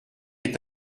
est